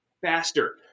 faster